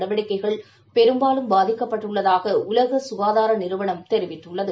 நடவடிக்கைகள் பெரும்பாலும் பாதிக்கப்பட்டுள்ளதாகஉலகசுகாதாரநிறுவனம் தெரிவித்துள்ளது